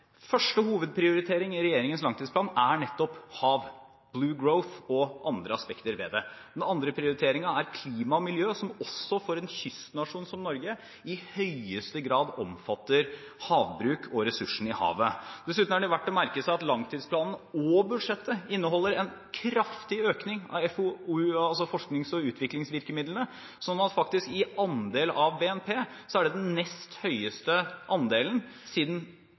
Første hovedprioritering i regjeringens langtidsplan er nettopp hav – «Blue Growth» og andre aspekter ved det. Den andre prioriteringen er klima og miljø, som for en kystnasjon som Norge i høyeste grad omfatter havbruk og ressursene i havet. Dessuten er det verdt å merke seg at langtidsplanen og budsjettet inneholder en kraftig økning av FoU-virkemidlene – den nest høyeste andelen av BNP siden 2000. Jeg synes godt man kan forvente at stortingsrepresentanter leser det